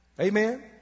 Amen